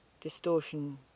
distortion